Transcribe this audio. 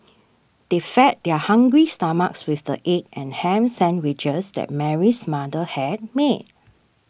they fed their hungry stomachs with the egg and ham sandwiches that Mary's mother had made